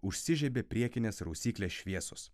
užsižiebė priekinės rausyklės šviesos